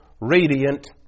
Radiant